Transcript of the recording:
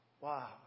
Wow